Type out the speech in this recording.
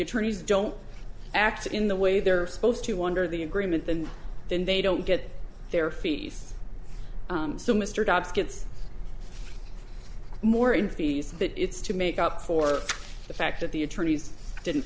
attorneys don't act in the way they're supposed to wonder the agreement and then they don't get their feet so mr dobbs gets more in fees that it's to make up for the fact that the attorneys didn't